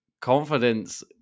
confidence